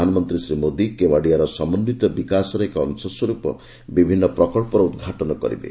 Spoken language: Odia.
ପ୍ରଧାନମନ୍ତ୍ରୀ ଶ୍ରୀ ମୋଦୀ କେଓ୍ୱାଡିର ସମନ୍ୱିତ ବିକାଶର ଏକ ଅଂଶସ୍ୱରୂପ ବିଭିନ୍ନ ପ୍ରକଳ୍ପର ଉଦ୍ଘାଟନ କରିବେ